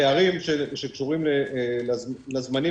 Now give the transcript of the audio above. הפערים שקשורים לזמנים.